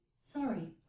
sorry